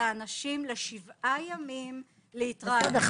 האנשים להתרעננות של שבעה ימים --- בסדר,